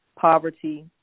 poverty